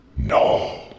No